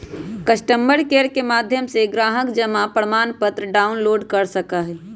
customer care के माध्यम से ग्राहक जमा प्रमाणपत्र डाउनलोड कर सका हई